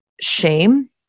shame